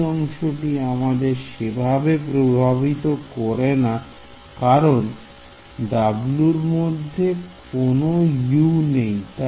এই অংশটি আমাদের সেভাবে প্রভাবিত করে না কারণ W র মধ্যে কোন U নেই